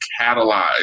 catalyze